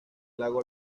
lago